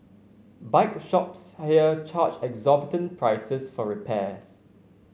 bike shops here charge exorbitant prices for repairs